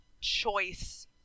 choice